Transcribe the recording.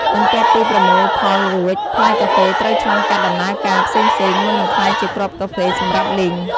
បន្ទាប់ពីប្រមូលផលរួច ផ្លែកាហ្វេត្រូវឆ្លងកាត់ដំណើរការផ្សេងៗមុននឹងក្លាយជាគ្រាប់កាហ្វេសម្រាប់លីង។